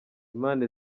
imana